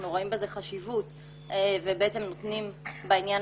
אנחנו רואים בזה חשיבות ובעצם נותנים בעניין